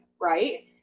right